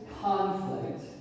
conflict